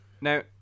Now